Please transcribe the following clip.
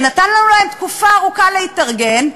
שנתנו להם תקופה ארוכה להתארגן.